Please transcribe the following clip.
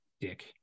Dick